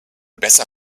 besser